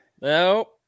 No